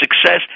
success